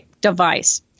device